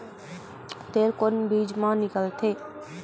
तेल कोन बीज मा निकलथे?